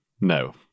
no